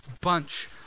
bunch